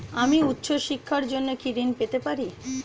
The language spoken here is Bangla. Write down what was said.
আমি উচ্চশিক্ষার জন্য কি ঋণ পেতে পারি?